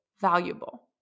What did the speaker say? valuable